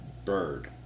Bird